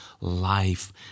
life